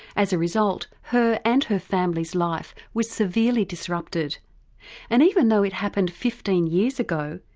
as a result, her and her family's life was severely disrupted and even though it happened fifteen years ago,